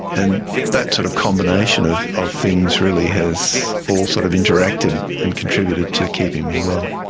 and that sort of combination of of things really has all sort of interacted and contributed to keeping me well.